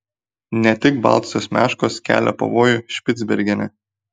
ne tik baltosios meškos kelia pavojų špicbergene